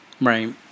Right